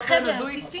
באופן הזוי